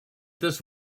this